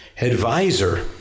advisor